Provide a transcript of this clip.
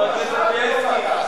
זה או משט או מטס.